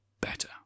better